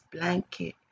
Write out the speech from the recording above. blanket